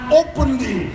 openly